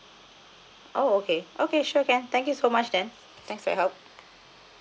oh okay okay sure can thank you so much then thanks for your help